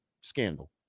scandal